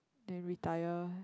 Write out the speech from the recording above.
then retired